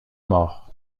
mort